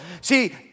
See